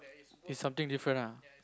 is something different ah